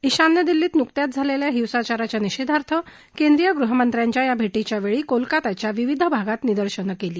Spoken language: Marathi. ईशान्य दिल्लीत नुकत्याच झालेल्या हिंसाचाराच्या निषेधार्थ केंद्रीय गृहमंत्र्यांच्या या भेटीच्या वेळी कोलकात्याच्या विविध भागात निदर्शने केली